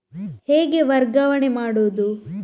ಹೇಗೆ ವರ್ಗಾವಣೆ ಮಾಡುದು?